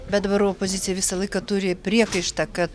bet dabar opozicija visą laiką turi priekaištą kad